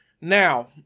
Now